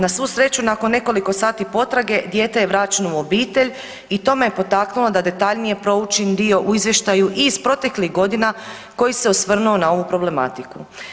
Na svu sreću, nakon nekoliko sati potrage dijete je vraćeno u obitelj i to me je potaknulo da detaljnije proučim dio u izvještaju i iz proteklih godina koji se osvrnuo na ovu problematiku.